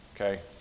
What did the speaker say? Okay